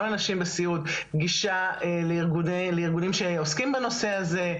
לאנשים בסיעוד גישה לארגונים שעוסקים בנושא הזה,